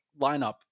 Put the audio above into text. lineup